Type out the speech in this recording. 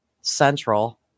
central